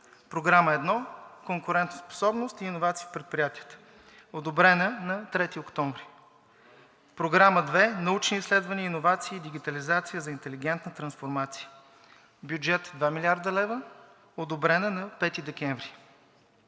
Програма 1 „Конкурентоспособност и иновации в предприятията“ – одобрена на 3 октомври. Програма 2 „Научни изследвания, иновации и дигитализация за интелигентна трансформация“ – бюджет 2 млрд. лв., одобрена на 5 декември.